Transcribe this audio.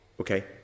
Okay